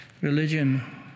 religion